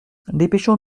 dépêchons